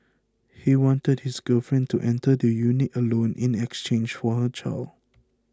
he wanted his girlfriend to enter the unit alone in exchange for her child